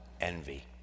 envy